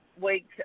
week